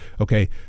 Okay